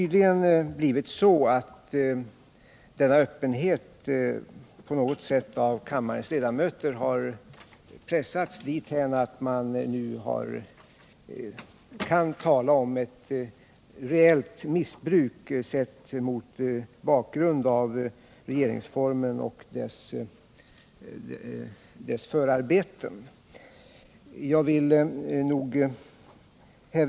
Denna öppenhet har tydligen av kammarens ledamöter pressats dithän att man nu kan tala om reellt missbruk, sett mot bakgrund av regeringsformen och dess förarbeten.